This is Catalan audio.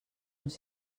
uns